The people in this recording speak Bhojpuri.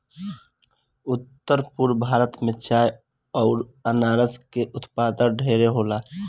उत्तर पूरब भारत में चाय अउर अनारस के उत्पाद ढेरे होला